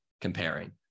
comparing